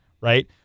right